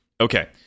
Okay